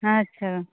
ᱟᱪᱪᱷᱟ ᱜᱚᱝᱠᱮ